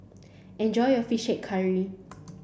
enjoy your fish head curry